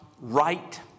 right